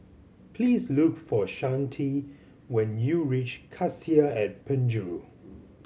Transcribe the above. please look for Shante when you reach Cassia at Penjuru